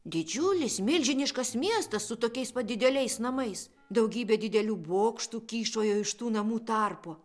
didžiulis milžiniškas miestas su tokiais pat dideliais namais daugybė didelių bokštų kyšojo iš tų namų tarpų